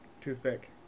toothpick